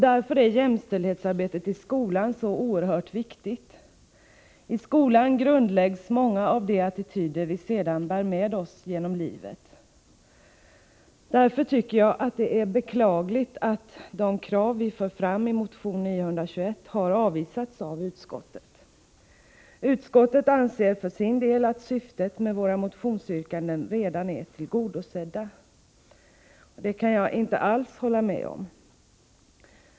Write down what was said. Därför är jämställdhetsarbetet i skolan så oerhört viktigt. I skolan grundläggs många av de attityder vi sedan bär med oss genom livet. Därför tycker jag att det är beklagligt att de krav vi för fram i motion 921 har avvisats av utskottet. Utskottet anser för sin del att syftena med våra motionsyrkanden redan är tillgodosedda. Detta kan jag inte alls hålla med om.